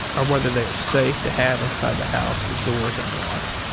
or whether they are safe to have inside the house with doors unlocked.